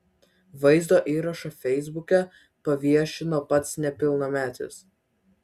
vaizdo įrašą feisbuke paviešino pats nepilnametis